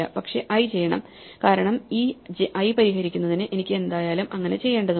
പക്ഷെ i ചെയ്യണം കാരണം ഈ i പരിഹരിക്കുന്നതിന് എനിക്ക് എന്തായാലും അങ്ങനെ ചെയ്യേണ്ടതുണ്ട്